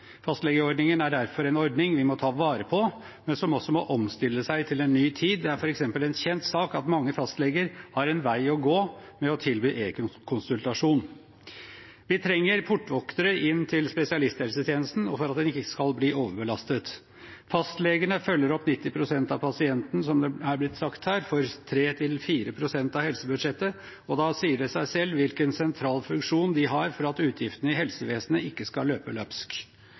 Fastlegeordningen er derfor en ordning vi må ta vare på, men som også må omstille seg til en ny tid. Det er f.eks. en kjent sak at mange fastleger har en vei å gå med å tilby e-konsultasjon. Vi trenger portvoktere inn til spesialisthelsetjenesten for at den ikke skal bli overbelastet. Fastlegene følger opp 90 pst. av pasienten – som det er blitt sagt her – for 3–4 pst. av helsebudsjettet, og da sier det seg selv hvilken sentral funksjon de har for at utgiftene i helsevesenet ikke skal løpe løpsk.